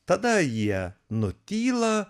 tada jie nutyla